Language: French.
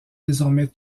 désormais